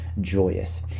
joyous